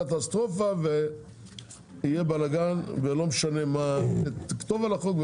תהיה קטסטרופה ויהיה בלאגן ולא משנה מה תכתוב על החוק.